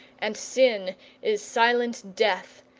and sin is silent death,